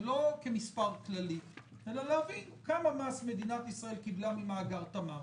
ולא כמספר כללי אלא להבין כמה מס מדינת ישראל קיבלה ממאגר "תמר",